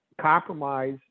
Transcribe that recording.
compromise